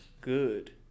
Good